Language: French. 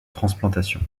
transplantation